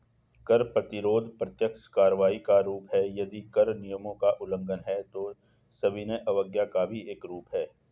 कर प्रतिरोध प्रत्यक्ष कार्रवाई का रूप है, यदि कर नियमों का उल्लंघन है, तो सविनय अवज्ञा का भी एक रूप है